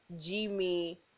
Jimmy